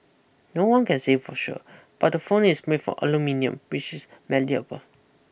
no one can say for sure but the phone is made for aluminium which is malleable